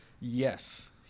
Yes